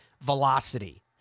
velocity